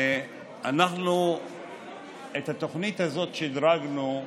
את התוכנית הזאת שדרגנו,